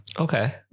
Okay